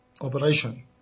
Operation